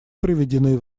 приведены